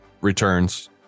Returns